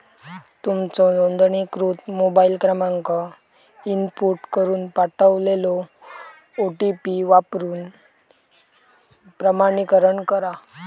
तुमचो नोंदणीकृत मोबाईल क्रमांक इनपुट करून पाठवलेलो ओ.टी.पी वापरून प्रमाणीकरण करा